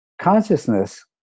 Consciousness